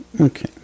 Okay